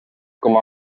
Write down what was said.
com